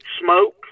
smoke